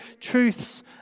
truths